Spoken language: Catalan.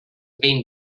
vint